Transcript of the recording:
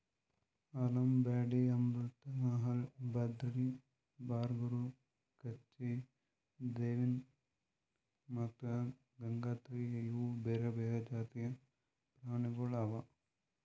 ಆಲಂಬಾಡಿ, ಅಮೃತ್ ಮಹಲ್, ಬದ್ರಿ, ಬರಗೂರು, ಕಚ್ಚಿ, ದೇವ್ನಿ ಮತ್ತ ಗಂಗಾತೀರಿ ಇವು ಬೇರೆ ಬೇರೆ ಜಾತಿದು ಪ್ರಾಣಿಗೊಳ್ ಅವಾ